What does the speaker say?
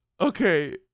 okay